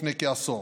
לפני כעשור,